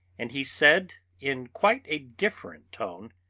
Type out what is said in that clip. and he said in quite a different tone